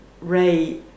Ray